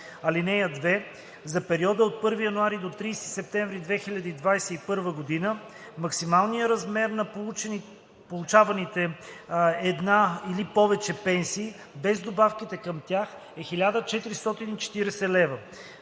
(2) За периода от 1 януари до 30 септември 2021 г. максималният размер на получаваните една или повече пенсии без добавките към тях е 1440 лв.